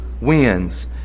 wins